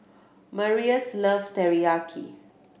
Marius love Teriyaki